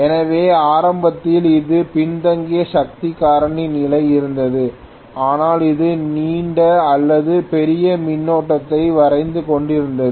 எனவே ஆரம்பத்தில் இது பின்தங்கிய சக்தி காரணி நிலையில் இருந்தது ஆனால் அது நீண்ட அல்லது பெரிய மின்னோட்டத்தை வரைந்து கொண்டிருந்தது